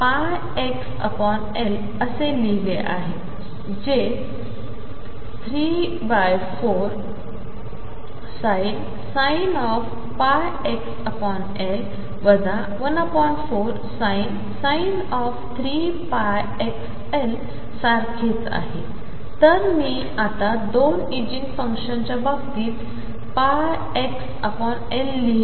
तर मीआतादोनइगेनफंक्शन्सच्याबाबतीतπxLलिहिलेआहे